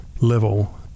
level